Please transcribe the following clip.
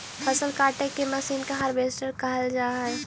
फसल काटे के मशीन के हार्वेस्टर कहल जा हई